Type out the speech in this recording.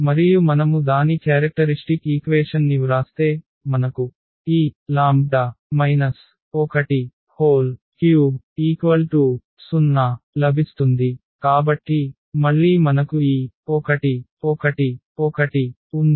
మరియు మనము దాని క్యారెక్టరిష్టిక్ ఈక్వేషన్ ని వ్రాస్తే మనకు ఈ λ 13 0 లభిస్తుంది కాబట్టి మళ్ళీ మనకు ఈ 1 1 1 ఉంది